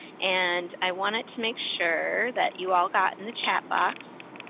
and i wanted to make sure that you all got in the chat box,